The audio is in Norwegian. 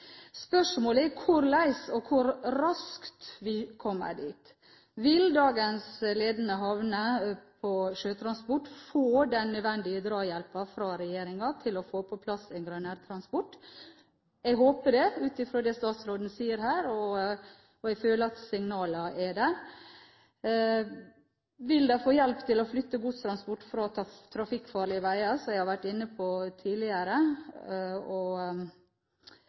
Spørsmålet er hvorledes og hvor raskt vi kommer dit. Vil dagens ledende havner når det gjelder sjøtransport, få den nødvendige drahjelpen fra regjeringen til å få på plass en grønnere transport? Jeg håper det, ut fra det statsråden her sier, og jeg føler at signalene er der. Vil de få hjelp til å flytte godstransport fra trafikkfarlige veier, som jeg har vært inne på tidligere?